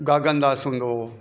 गागनदास हूंदो हो